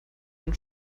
den